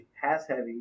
pass-heavy